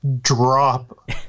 drop